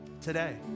today